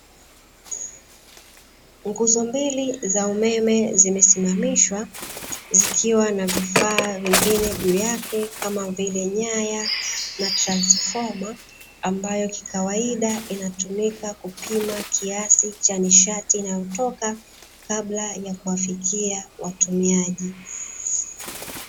Nguzo mbili za umeme zimesimamishwa, zikiwa na vifaa vingine juu yake, kama vile nyaya na transfoma, ambayo kikawaida inatumika kupima kiasi cha nishati inayotoka kabla ya kuwafikia watumiaji.